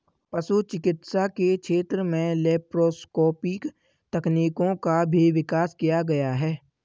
पशु चिकित्सा के क्षेत्र में लैप्रोस्कोपिक तकनीकों का भी विकास किया गया है